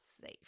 safe